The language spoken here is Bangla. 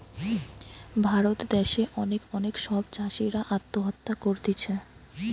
ভারত দ্যাশে অনেক অনেক সব চাষীরা আত্মহত্যা করতিছে